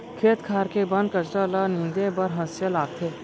खेत खार के बन कचरा ल नींदे बर हँसिया लागथे